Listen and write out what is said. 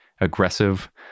aggressive